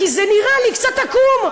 כי זה נראה לי קצת עקום.